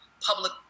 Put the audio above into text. public